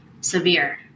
severe